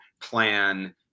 plan